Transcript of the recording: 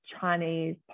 Chinese